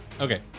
Okay